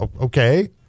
Okay